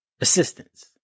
Assistance